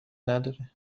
نداره